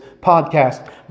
podcast